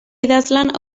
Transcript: idazlan